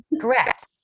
correct